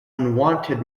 unwanted